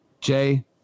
Jay